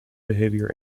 behavior